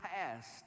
past